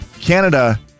Canada